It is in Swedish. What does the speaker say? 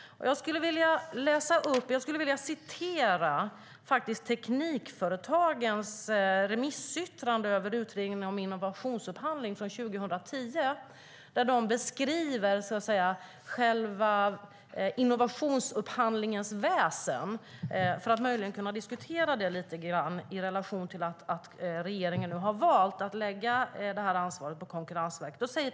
Jag skulle vilja citera ur Teknikföretagens remissyttrande över utredningen Innovationsupphandling från 2010, där de beskriver själva innovationsupphandlingens väsen, för att möjligen kunna diskutera det i relation till att regeringen har valt att lägga det här ansvaret på Konkurrensverket.